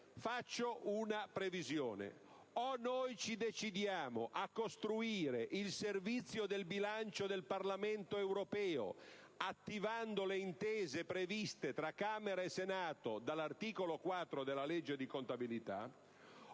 Faccio una previsione: o noi ci decidiamo a costruire il Servizio del bilancio del Parlamento europeo attivando le intese previste tra Camera e Senato dall'articolo 4 della legge di contabilità,